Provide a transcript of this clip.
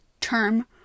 term